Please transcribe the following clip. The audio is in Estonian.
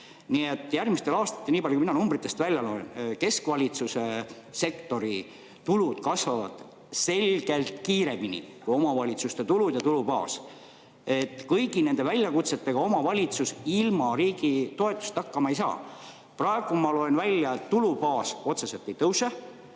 Nii et järgmistel aastatel, niipalju kui mina numbritest välja loen, keskvalitsuse sektori tulud kasvavad selgelt kiiremini kui omavalitsuste tulud ja tulubaas. Kõigi nende väljakutsetega omavalitsus ilma riigi toetuseta hakkama ei saa. Praegu ma loen välja, et tulubaas otseselt ei tõuse.